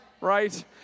right